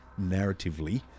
narratively